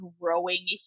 growing